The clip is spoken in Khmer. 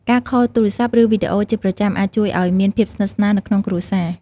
ការខលទូរស័ព្ទ ឬវីដេអូជាប្រចាំអាចជួយឲ្យមានភាពស្និទ្ធស្នាលនៅក្នុងគ្រួសារ។